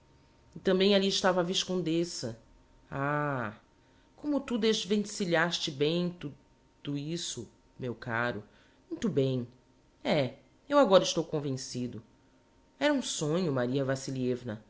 e tambem ali estava a viscondessa ah como tu desen vencilhaste bem tu do isso meu caro muito bem é eu agora estou convencido era um sonho maria